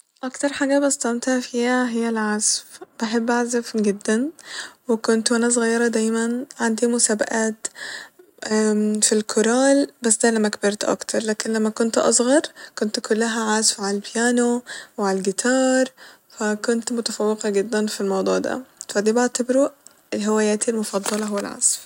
اكتر حاجة بستمتع فيها هي العزف ، بحب أعزف جدا وكنت وأنا صغيرة دايما عندي مسابقات ف الكورال بس ده لما كبرت اكتر لكن لما كنت اصغر كنت كلها عزف ع البيانو و عالجيتار ف كنت متفوقة جدا ف الموضوع ده ، فده بعتبره هواياتي المفضلة وهو العزف